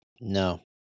No